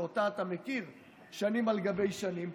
שאתה מכיר שנים על גבי שנים,